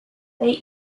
they